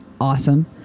awesome